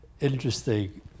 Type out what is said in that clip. interesting